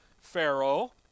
Pharaoh